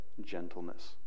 gentleness